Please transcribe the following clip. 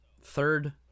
third